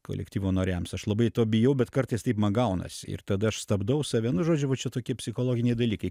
kolektyvo nariams aš labai to bijau bet kartais taip man gaunasi ir tada aš stabdau save nu žodžiu va čia tokie psichologiniai dalykai